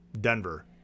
Denver